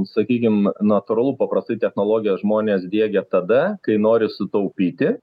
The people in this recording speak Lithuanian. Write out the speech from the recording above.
sakykim natūralu paprastai technologijas žmonės diegia tada kai nori sutaupyti